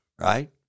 right